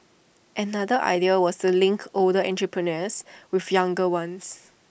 another idea was to link older entrepreneurs with younger ones